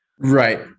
Right